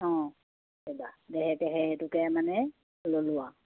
অঁ সেইটোকে মানে ল'লো আৰু